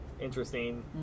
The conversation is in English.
interesting